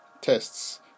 tests